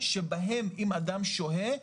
שבהם אם אדם שוהה,